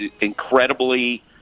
incredibly